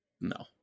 no